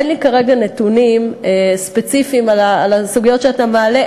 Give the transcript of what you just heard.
אין לי כרגע נתונים ספציפיים על הסוגיות שאתה מעלה.